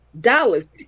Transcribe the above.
dollars